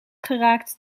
geraakt